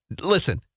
listen